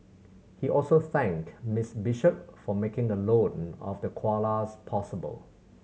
he also thanked Miss Bishop for making the loan of the koalas possible